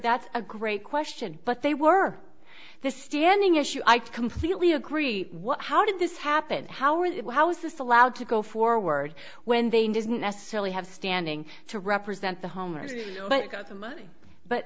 that's a great question but they were the standing issue i completely agree what how did this happen how are they how is this allowed to go forward when they didn't necessarily have standing to represent the homeowners but